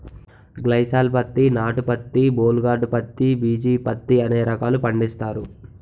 గ్లైసాల్ పత్తి నాటు పత్తి బోల్ గార్డు పత్తి బిజీ పత్తి అనే రకాలు పండిస్తారు